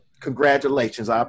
congratulations